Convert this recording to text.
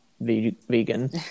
vegan